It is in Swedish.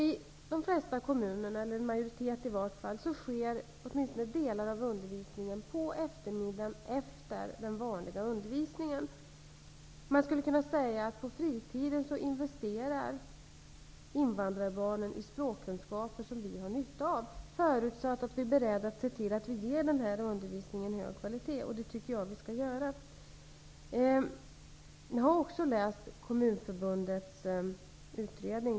I en majoritet av kommunerna sker åtminstone delar av undervisningen på eftermiddagen efter den vanliga undervisningen. På fritiden investerar invandrarbarnen i språkkunskaper som vi har nytta av, förutsatt att vi är beredda att ge den här undervisningen hög kvalitet. Det tycker jag att vi skall göra. Jag har också läst Kommunförbundets utredning.